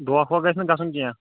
دۄنکھ ٕوۄنکھٕ گَژھ نہٕ گَژھُن کینٛہہ